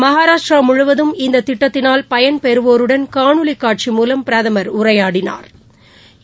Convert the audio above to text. மகாராஷ்டடிராமுழுவதும் இந்ததிட்டத்தினால் பயன் பெறவோருடன் காணொளிகாட்சிமூலம் பிரதமர் உரையாடினாா்